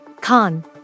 Khan